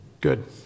Good